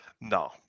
No